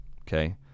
Okay